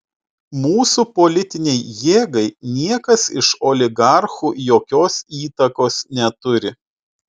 mūsų politinei jėgai niekas iš oligarchų jokios įtakos neturi